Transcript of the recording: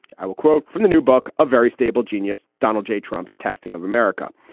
i will quote from the new book, a very stable genius, donald j. trump's testing of america.